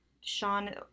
Sean